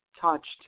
touched